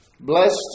Blessed